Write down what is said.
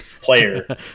player